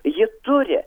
ji turi